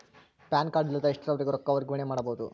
PAN card ಇಲ್ಲದ ಎಷ್ಟರವರೆಗೂ ರೊಕ್ಕ ವರ್ಗಾವಣೆ ಮಾಡಬಹುದು?